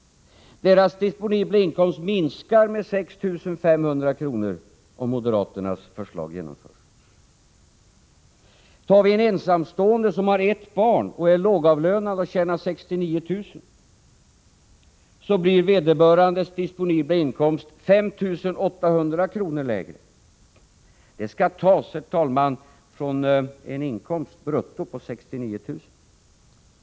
Den familjens disponibla inkomst minskar med 6 500 kr., om moderaternas förslag genomförs. En ensamstående som har ett barn och som är lågavlönad och tjänar 69 000 kr. får sin disponibla inkomst minskad med 5 800 kr. Detta belopp skall, herr talman, tas från en bruttoinkomst på 69 000 kr.